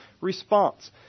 response